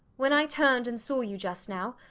when i turned and saw you just now,